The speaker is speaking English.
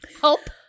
help